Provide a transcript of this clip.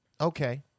okay